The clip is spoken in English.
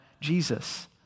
Jesus